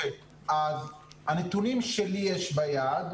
הנתונים שלי יש ביד,